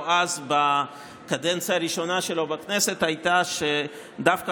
אז בקדנציה הראשונה שלו בכנסת הייתה שדווקא